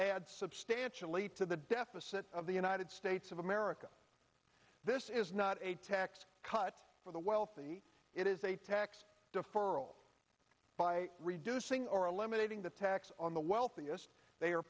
add substantially to the deficit of the united states of america this is not a tax cut for the wealthy it is a tax deferral by reducing or eliminating the tax on the wealthiest they